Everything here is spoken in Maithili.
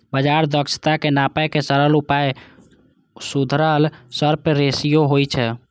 बाजार दक्षताक नापै के सरल उपाय सुधरल शार्प रेसियो होइ छै